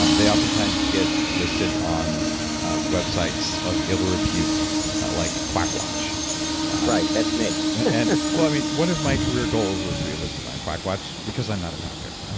um they oftentimes get listed on websites of ill repute like quackwatch right, that's me yeah and well i mean one of my career goals was to be listed on quackwatch because i'm not a doctor, and